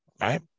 right